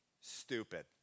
stupid